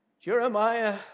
Jeremiah